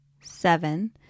seven